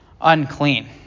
unclean